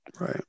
Right